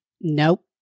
nope